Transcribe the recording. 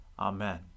Amen